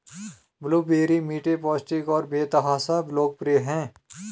blueberry मीठे, पौष्टिक और बेतहाशा लोकप्रिय हैं